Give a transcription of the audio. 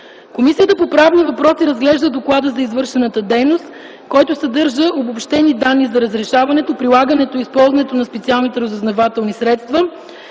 Комисията по правни въпроси разглежда доклада за извършената дейност, който съдържа обобщени данни за разрешаването, прилагането и използването на специалните разузнавателни средства,